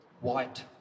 white